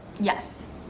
Yes